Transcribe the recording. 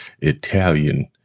Italian